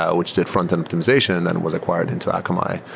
ah which did frontend optimization and it was acquired into akamai.